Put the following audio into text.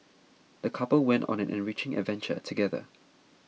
the couple went on an enriching adventure together